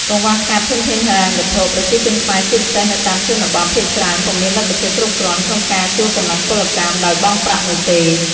កង្វះខាតធនធានហិរញ្ញវត្ថុ ប្រជាជនខ្មែរជាពិសេសនៅតាមជនបទ ភាគច្រើនពុំមានលទ្ធភាពគ្រប់គ្រាន់ក្នុងការជួលកម្លាំងពលកម្មដោយបង់ប្រាក់នោះទេ។